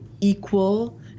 equal